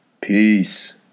peace